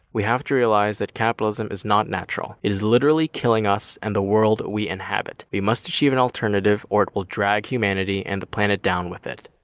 we have to realize that capitalism is not natural. it is literally killing us and the world we inhabit. we must achieve an alternative or else it will drag humanity and the planet down with it.